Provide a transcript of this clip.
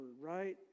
right